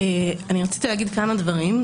רציתי לומר כמה דברים.